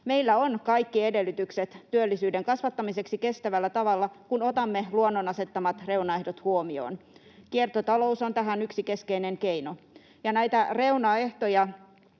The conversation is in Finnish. Meillä on kaikki edellytykset työllisyyden kasvattamiseksi kestävällä tavalla, kun otamme luonnon asettamat reunaehdot huomioon. Kiertotalous on tähän yksi keskeinen keino. Näitä reunaehtoja